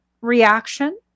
reaction